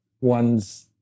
one's